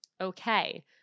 Okay